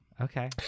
Okay